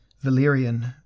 Valerian